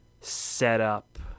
setup